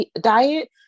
diet